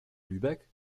lübeck